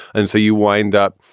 and so you wind up,